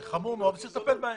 זה חמור מאוד וצריך לטפל בהם.